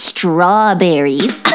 Strawberries